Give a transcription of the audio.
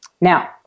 Now